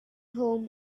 home